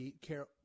Carol